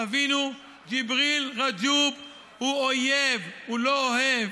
תבינו, ג'יבריל רג'וב הוא אויב, הוא לא אוהב.